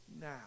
now